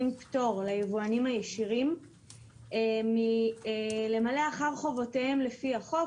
פטור ליבואנים הישירים למלא אחר חובותיהם לפי החוק,